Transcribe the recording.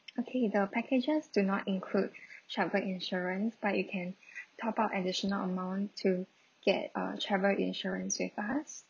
okay the packages do not include travel insurance but you can top up additional amount to get a travel insurance with us